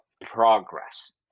progress